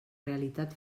realitat